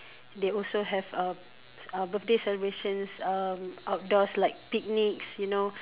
they also have uh uh birthday celebrations uh outdoors like picnics you know